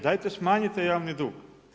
Dajte smanjite javni dug.